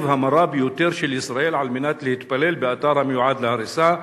המרה ביותר של ישראל על מנת להתפלל באתר המיועד להריסה.